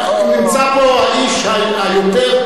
נמצא פה האיש היותר,